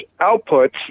outputs